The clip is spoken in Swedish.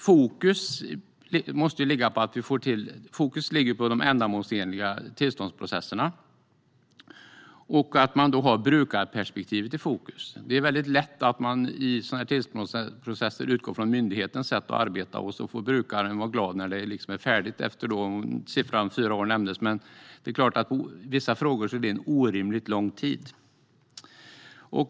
Fokus ligger på de ändamålsenliga tillståndsprocesserna och på att ha ett brukarperspektiv. Det är väldigt lätt att man i sådana här tillståndsprocesser utgår från myndighetens sätt att arbeta, medan brukaren får vara glad när det är färdigt efter kanske fyra år, vilket nämndes tidigare. När det gäller vissa frågor är detta en orimligt lång tid.